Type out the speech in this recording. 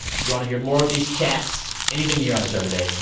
if you want to hear more of these chats, anything you hear on the show today,